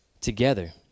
together